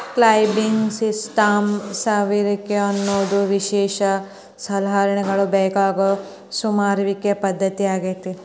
climbing systems ಸಮರುವಿಕೆ ಅನ್ನೋದು ವಿಶೇಷ ಸಲಕರಣೆಗಳ ಬೇಕಾಗೋ ಸಮರುವಿಕೆಯ ಪದ್ದತಿಯಾಗೇತಿ